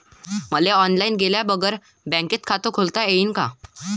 मले ऑनलाईन गेल्या बगर बँकेत खात खोलता येईन का?